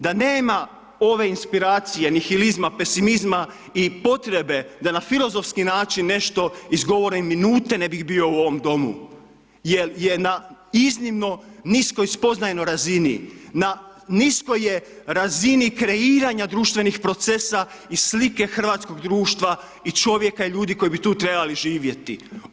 Da nema ove inspiracije, ni hilizma, pesimizma, i potrebe da na filozofski način nešto izborim, ni minute ne bih bio u ovom Domu, jer je na iznimno nisko spoznajnoj razini, na niskoj je razini kreiranje društvenog procesa i slike hrvatskog društva i čovjeka, ljudi koji bi tu trebali živjeti.